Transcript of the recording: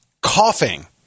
Coughing